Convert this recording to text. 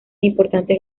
importantes